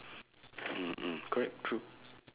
mm mm correct true